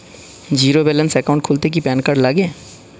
Zero balance account খুলতে কি PAN card লাগে?